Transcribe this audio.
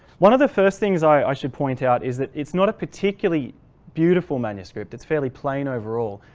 one of the first things i should point out is that it's not a particularly beautiful manuscript, it's fairly plain overall,